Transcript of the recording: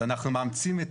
אז אנחנו מאמצים.